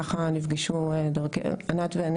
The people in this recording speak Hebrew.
שככה נפגשו הדרכים של ענת ושלי,